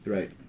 Right